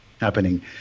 happening